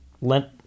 lent